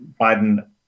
biden